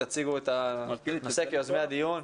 יוזמי הדיון.